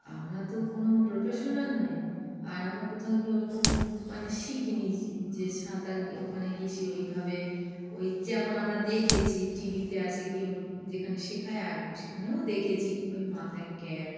আমরা তো কোনো প্রফেশনাল নই আর আমরা কোথাও গিয়ে ওরকম মানে শিখিনি যে সাঁতার ওখানে গিয়ে সে ওইভাবে ওই যেমন আমরা দেখেছি টি ভিতে আসে কি যেখানে শেখায় আর সেখানেও দেখেছি ওই মাথায় ক্যাপ